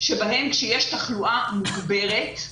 בהם כשיש תחלואה מוגברת,